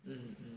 mm